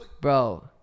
Bro